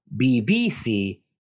BBC